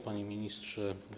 Panie Ministrze!